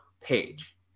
page